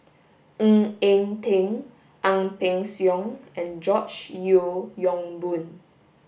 Ng Eng Teng Ang Peng Siong and George Yeo Yong Boon